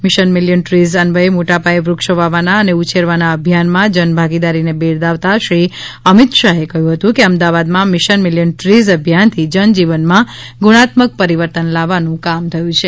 mission million trees અન્વયે મોટાપાયે વૃક્ષો વાવવાના અને ઉછેરવાના અભિયાનમાં જનભાગીદારીને બિરદાવતા શ્રી અમિત શાહે કહ્યું હતું કે અમદાવાદમાં મિશન મિલિયન ટ્રીઝ અભિયાનથી જનજીવનમાં ગુણાત્મક પરિવર્તન લાવવાનું કામ થયું છે